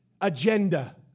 agenda